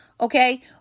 Okay